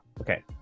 Okay